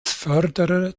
förderer